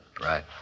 Right